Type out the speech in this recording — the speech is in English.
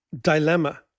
dilemma